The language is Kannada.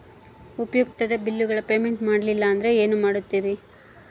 ಉಪಯುಕ್ತತೆ ಬಿಲ್ಲುಗಳ ಪೇಮೆಂಟ್ ಮಾಡಲಿಲ್ಲ ಅಂದರೆ ಏನು ಮಾಡುತ್ತೇರಿ?